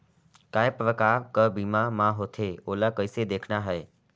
काय प्रकार कर बीमा मा होथे? ओला कइसे देखना है?